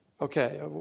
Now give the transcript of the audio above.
okay